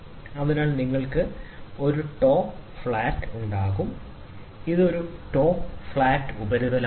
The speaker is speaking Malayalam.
അതിനാൽ നിങ്ങൾക്ക് ഒരു ടോപ്പ് ഫ്ലാറ്റ് ഉണ്ടാകും ഇത് ഒരു ടോപ്പ് ഫ്ലാറ്റ് ഉപരിതലമാണ്